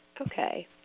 Okay